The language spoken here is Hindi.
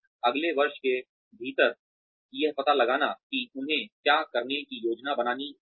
अगले वर्ष के भीतर यह पता लगाना कि उन्हें क्या करने की योजना बनानी चाहिए